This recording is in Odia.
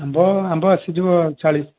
ଆମ୍ବ ଆମ୍ବ ଆସିଯିବ ଚାଳିଶ